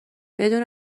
بدون